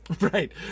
right